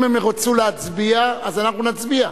אם הם ירצו להצביע, אז אנחנו נצביע.